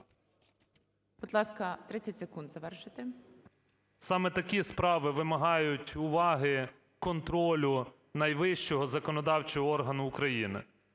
Саме такі справи вимагають уваги, контролю найвищого законодавчого органу України.